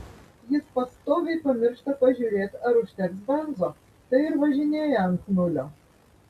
jis pastoviai pamiršta pažiūrėt ar užteks benzo tai ir važinėja ant nulio